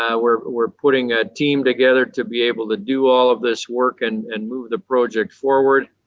ah we're we're putting a team together to be able to do all of this work and and move the project forward.